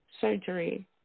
surgery